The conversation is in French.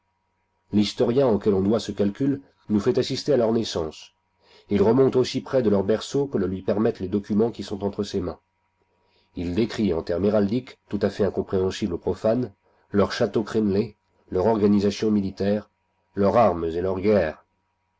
l'historien auquel on doit ce calcul nous fait assister à leur naissance il remonte aussi près de leur berceau que le lui permettent les documents qui sont entre ses mains il décrit en termes héraldiques tout-à-fait incompréhensibles aux profanes leurs châteaux crénelés leur organisation militaire leurs armes et leurs guerres